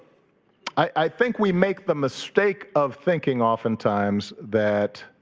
i think we make the mistake of thinking oftentimes that